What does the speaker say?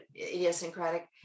idiosyncratic